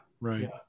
right